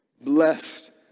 blessed